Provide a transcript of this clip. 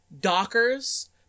dockers